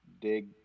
dig